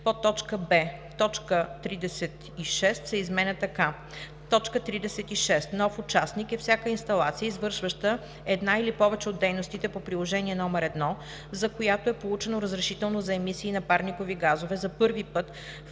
газ).“; б) точка 36 се изменя така: „36. „Нов участник“ е всяка инсталация, извършваща една или повече от дейностите по приложение № 1, за която е получено разрешително за емисии на парникови газове за първи път в